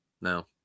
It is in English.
No